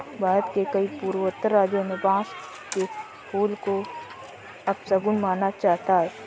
भारत के कई पूर्वोत्तर राज्यों में बांस के फूल को अपशगुन माना जाता है